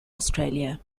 australia